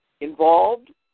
involved